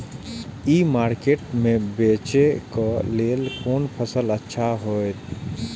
ई market में बेचेक लेल कोन फसल अच्छा होयत?